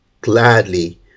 gladly